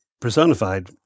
personified